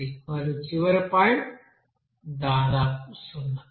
3 మరియు చివరి పాయింట్ దాదాపు 0